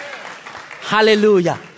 Hallelujah